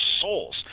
souls